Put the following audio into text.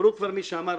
אמרו כבר מי שאמרו,